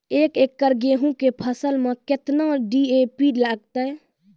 एक एकरऽ गेहूँ के फसल मे केतना डी.ए.पी लगतै?